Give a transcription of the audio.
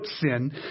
sin